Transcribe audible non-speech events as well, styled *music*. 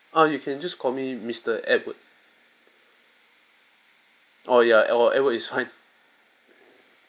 err you can just call me mister edward oh ya edward edward is fine *laughs*